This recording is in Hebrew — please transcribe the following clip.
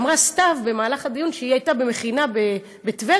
ואמרה סתיו בדיון, שהיא הייתה במכינה בטבריה,